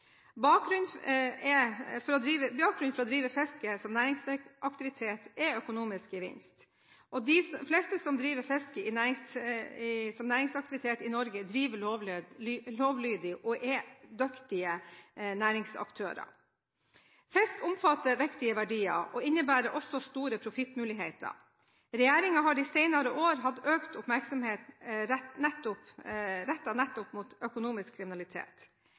Bakgrunnen for å drive fiske som næringsaktivitet er økonomisk gevinst. De fleste som driver fiske som næringsaktivitet i Norge, driver lovlydig og er dyktige næringsaktører. Fisk omfatter viktige verdier og innebærer dermed store profittmuligheter. Regjeringen har de senere år hatt økt oppmerksomhet rettet nettopp mot økonomisk kriminalitet.